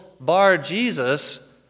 Bar-Jesus